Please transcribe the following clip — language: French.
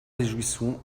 réjouissons